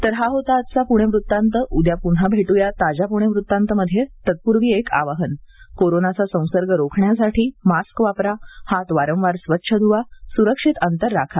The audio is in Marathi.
तर हा होता आजचा पुणे वृत्तांत उद्या पुन्हा भेटू ताज्या पुणेवृत्तांत मध्ये पण तत्पूर्वी एक आवाहन कोरोनाचा संसर्ग रोखण्यासाठी मास्क परिधान करा वारंवार हात स्वच्छ धुवासुरक्षित अंतर राखा